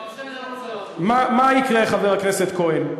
שר החוץ, מה יקרה, חבר הכנסת כהן?